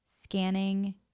scanning